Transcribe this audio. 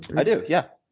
i do, yeah.